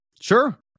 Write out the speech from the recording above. sure